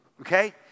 Okay